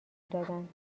دادند